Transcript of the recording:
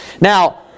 Now